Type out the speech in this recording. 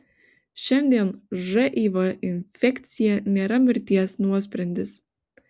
šiandien živ infekcija nėra mirties nuosprendis